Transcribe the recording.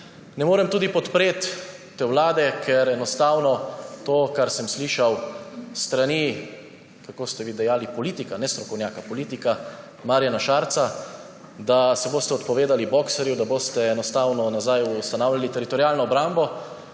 Ne morem tudi podpreti te vlade enostavno zaradi tega, kar sem slišal s strani – kako ste vi dejali, politika? – ne strokovnjaka, politika Marjana Šarca, da se boste odpovedali boxerju, da boste enostavno nazaj ustanavljali teritorialno obrambo.